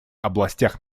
областях